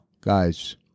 guys